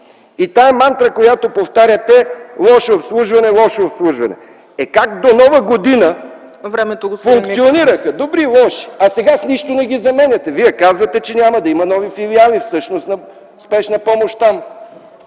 И тази мантра, която повтаряте: „Лошо обслужване! Лошо обслужване!” – е, как до Нова година функционираха добри-лоши, а сега с нищо не ги заменяте? Вие казвате, че няма да има нови филиали на спешна помощ там.